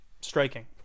striking